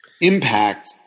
impact